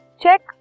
Check